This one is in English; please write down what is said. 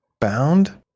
bound